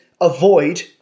Avoid